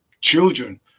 children